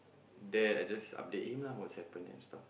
then I just update him lah what's happen and stuff